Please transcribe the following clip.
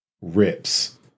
rips